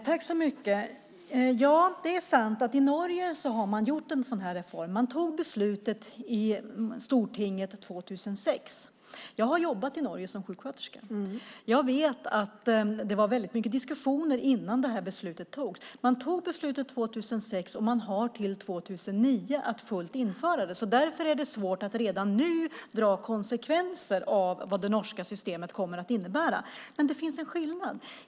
Herr talman! Det är sant att man i Norge har gjort en sådan reform. Man fattade beslutet i Stortinget år 2006. Jag har jobbat i Norge som sjuksköterska. Jag vet att det var väldigt mycket diskussioner innan beslutet fattades. Man fattade beslutet år 2006, och man har tiden till år 2009 på sig för att fullt införa det. Det är därför svårt att redan nu dra slutsatser om vad det norska systemet kommer att innebära. Det finns en skillnad.